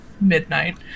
midnight